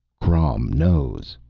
crom knows!